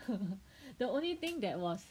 the only thing that was